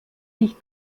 sich